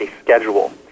schedule